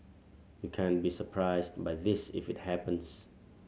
you can't be surprised by this if it happens